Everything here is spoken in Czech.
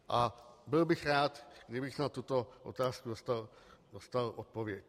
A byl bych rád, kdybych na tuto otázku dostal odpověď.